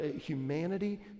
humanity